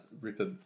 Ripper